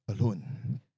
alone